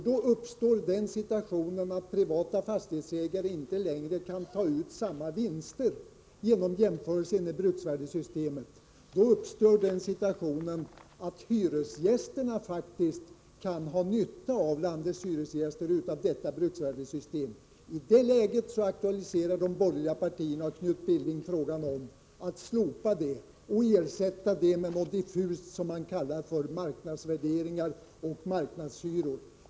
Då uppstår den situationen att privata fastighetsägare inte längre kan ta ut samma vinster genom jämförelser med bruksvärdessystemet. Det betyder att landets hyresgäster faktiskt kan ha nytta av detta bruksvärdessystem. I det läget aktualiserar de borgerliga partierna, här företrädda av Knut Billing, frågan om att slopa dessa system och ersätta det med något diffust som man kallar marknadsvärderingar och marknadshyror.